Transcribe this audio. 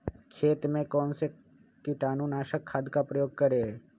खेत में कौन से कीटाणु नाशक खाद का प्रयोग करें?